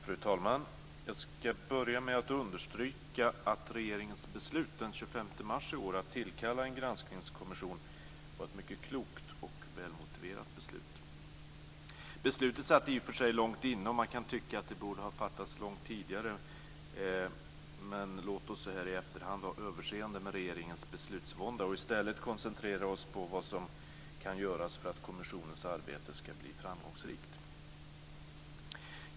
Fru talman! Jag ska börja med att understryka att regeringens beslut den 25 mars i år att tillkalla en granskningskommission var ett mycket klokt och välmotiverat beslut. Beslutet satt i och för sig långt inne, och man kan tycka att det borde ha fattats långt tidigare. Men låt oss så här i efterhand ha överseende med regeringens beslutsvånda och i stället koncentrera oss på vad som kan göras för att kommissionens arbete ska bli framgångsrikt.